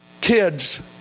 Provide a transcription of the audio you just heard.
kids